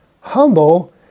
humble